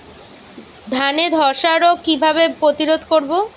ধানে ধ্বসা রোগ কিভাবে প্রতিরোধ করব?